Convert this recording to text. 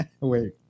Wait